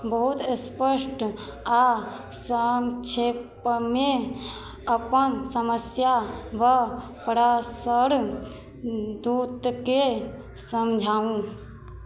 बहुत स्पष्ट आओर सन्क्षेपमे अपन समस्या परस्पर दूतके समझाउ